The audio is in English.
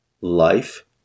Life